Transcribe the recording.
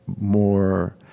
more